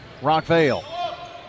Rockvale